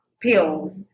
Pills